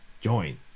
Join